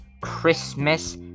Christmas